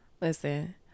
Listen